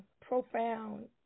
profound